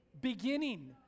beginning